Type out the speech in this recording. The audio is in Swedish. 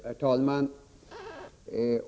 Herr talman!